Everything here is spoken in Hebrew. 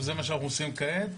וזה מה שאנחנו עושים כעת,